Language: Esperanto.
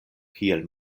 kiel